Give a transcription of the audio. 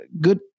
good